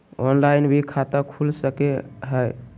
Online भी खाता खूल सके हय?